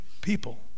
people